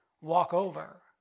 walkover